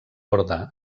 orde